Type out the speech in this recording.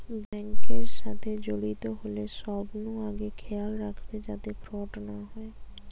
bank এর সাথে জড়িত হলে সবনু আগে খেয়াল রাখবে যাতে ফ্রড না হয়